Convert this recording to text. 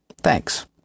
Thanks